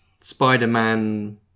Spider-Man